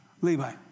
Levi